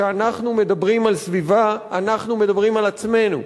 כשאנחנו מדברים על סביבה אנחנו מדברים על עצמנו,